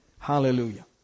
Hallelujah